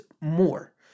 more